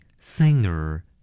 singer